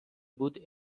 بود